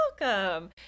welcome